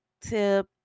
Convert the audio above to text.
tip